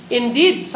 indeed